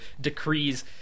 decrees